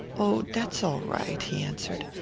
oh, that's all right, he answered.